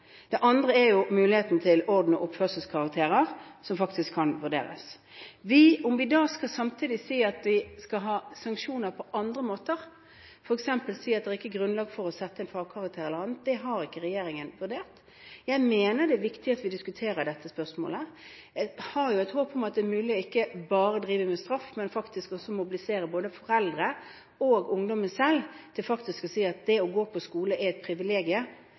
Det andre er muligheten man faktisk har til å gi ordens- og oppførselskarakterer. Om vi samtidig skal ha sanksjoner på andre måter, f.eks. si at det ikke er grunnlag for å sette en fagkarakter, eller annet, har ikke regjeringen vurdert. Jeg mener det er viktig at vi diskuterer dette spørsmålet. Jeg har et håp om at det er mulig ikke bare å drive med straff, men faktisk også å mobilisere både foreldrene og ungdommen selv til å se at det å gå på skole er et privilegium